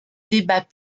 débat